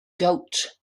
gowt